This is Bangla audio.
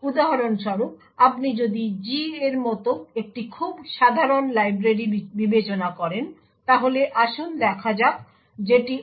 সুতরাং উদাহরণ স্বরূপ আপনি যদি G এর মতো একটি খুব সাধারণ লাইব্রেরি বিবেচনা করেন তাহলে আসুন দেখ যাক যেটি